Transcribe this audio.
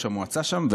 המועצה שם,